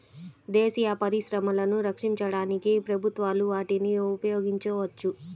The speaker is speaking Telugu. దేశీయ పరిశ్రమలను రక్షించడానికి ప్రభుత్వాలు వాటిని ఉపయోగించవచ్చు